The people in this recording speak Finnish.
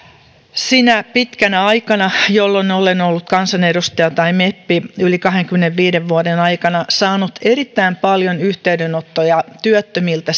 sinä pitkänä aikana jolloin olen ollut kansanedustaja tai meppi yli kahdenkymmenenviiden vuoden aikana saanut erittäin paljon yhteydenottoja työttömiltä